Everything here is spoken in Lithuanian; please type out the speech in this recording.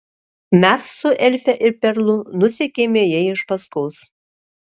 mes su elfe ir perlu nusekėme jai iš paskos